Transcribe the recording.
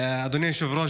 אדוני היושב-ראש,